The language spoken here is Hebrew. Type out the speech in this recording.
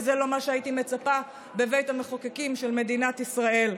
וזה לא מה שהייתי מצפה בבית המחוקקים של מדינת ישראל.